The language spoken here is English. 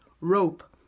rope